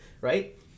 right